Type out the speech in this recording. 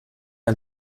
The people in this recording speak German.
ein